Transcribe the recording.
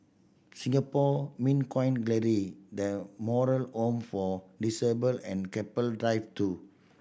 Singapore Mint Coin Gallery The Moral Home for Disabled and Keppel Drive Two